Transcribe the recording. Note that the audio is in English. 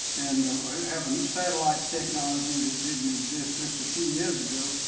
and having satellite technology that didn't exist just a few years ago.